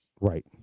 Right